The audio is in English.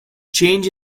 change